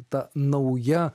ta nauja